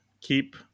keep